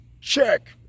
Check